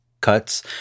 cuts